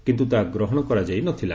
କିନ୍ତୁ ତାହା ଗ୍ରହଣ କରାଯାଇନଥିଲା